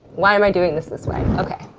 why am i doing this this way? okay.